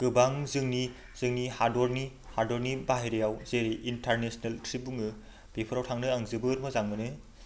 गोबां जोंनि जोंनि हादरनि हादरनि बाहेरायाव जेरै इन्टारनेसनेल ट्रिप बुङो बेफोराव थांनो आं जोबोद मोजां मोनो